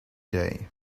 day